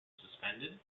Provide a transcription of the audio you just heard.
suspended